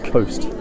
Coast